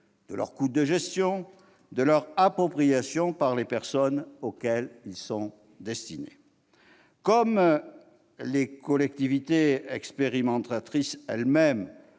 de leur coût de gestion, de leur appropriation par les personnes auxquelles ils sont destinés. Comme les collectivités expérimentatrices elles-mêmes